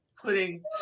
putting